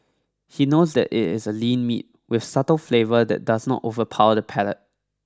he knows that it is a lean meat with subtle flavour that does not overpower the palate